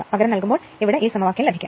പകരം നൽകുമ്പോൾ നമുക്ക് ഈ സമവാക്യം ലഭിക്കും